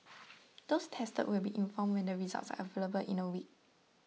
those tested will be informed when the results are available in a week